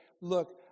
look